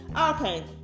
Okay